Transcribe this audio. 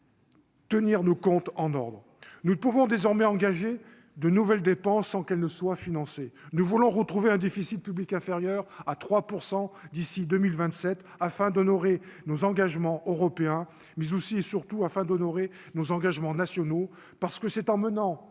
Tenir nos comptes en ordre, nous ne pouvons désormais engager de nouvelles dépenses sans qu'elle ne soit financé, nous voulons retrouver un déficit public inférieur à 3 % d'ici 2027 afin d'honorer nos engagements européens mais aussi et surtout afin d'honorer nos engagements nationaux, parce que c'est en menant